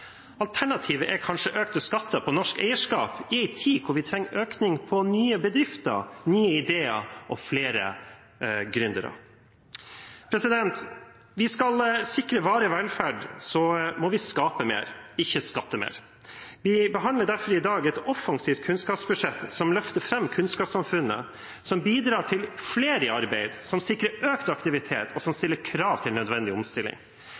Alternativet er kanskje økte skatter på norsk eierskap i en tid hvor vi trenger en økning av nye bedrifter, nye ideer og flere gründere. Skal vi sikre varig velferd, må vi skape mer, ikke skatte mer. Vi behandler derfor i dag et offensivt kunnskapsbudsjett som løfter fram kunnskapssamfunnet, som bidrar til flere i arbeid, som sikrer økt aktivitet, og som stiller krav til nødvendig omstilling.